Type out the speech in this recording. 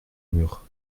mur